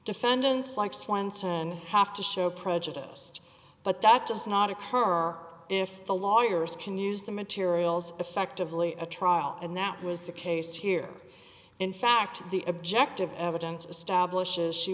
defendant's like swenson have to show prejudiced but that does not occur are if the lawyers can use the materials effectively a trial and that was the case here in fact the objective evidence establishes she